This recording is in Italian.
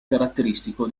caratteristico